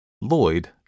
Lloyd